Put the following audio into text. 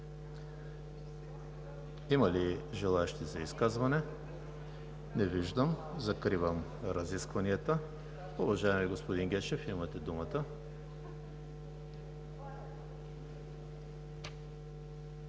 Има ли желаещи за изказвания? Не виждам. Закривам разискванията. Уважаеми господин Гешев, имате думата.